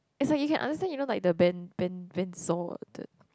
it's like you can understand you know like the ben~ ben~ benzod